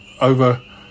over